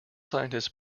scientists